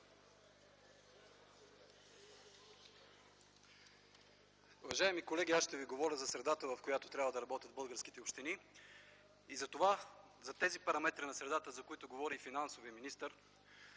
Уважаеми колеги, аз ще ви говоря за средата, в която трябва да работят българските общини. Затова и за тези параметри на тази среда, за която говори и финансовият министър